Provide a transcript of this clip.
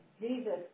Jesus